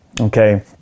Okay